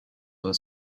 for